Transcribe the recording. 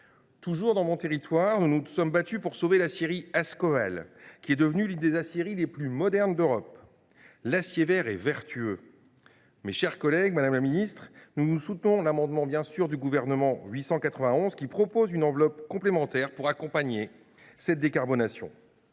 Toujours dans mon territoire, nous nous sommes battus pour sauver l’aciérie Ascoval, qui est devenue l’une des aciéries les plus modernes d’Europe. L’acier vert est vertueux. Mes chers collègues, madame la ministre, nous soutiendrons bien sûr l’amendement n° II 891, qui tend à créer une enveloppe complémentaire afin d’accompagner cette décarbonation.